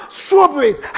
strawberries